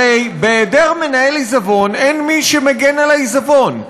הרי בהיעדר מנהל עיזבון אין מי שמגן על העיזבון.